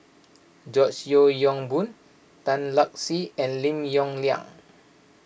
George Yeo Yong Boon Tan Lark Sye and Lim Yong Liang